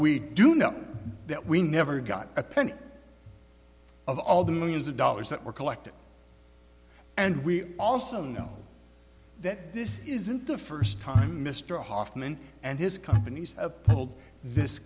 we do know that we never got a penny of all the millions of dollars that were collected and we also know that this isn't the first time mr hoffman and his company's pulled this